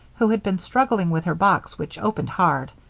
who had been struggling with her box, which opened hard.